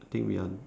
I think we are